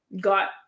got